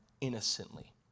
innocently